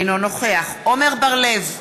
אינו נוכח עמר בר-לב,